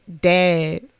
dad